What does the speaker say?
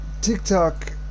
TikTok